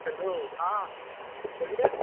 hello हँ बोलिए